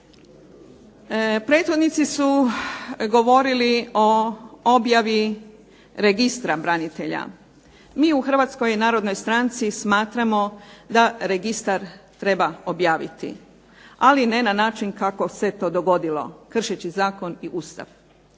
Prethodnici su govorili o objavi Registra branitelja. Mi u Hrvatskoj narodnoj stranci smatramo da registar treba objaviti, ali ne na način kako se to dogodilo, kršeći zakon i Ustav.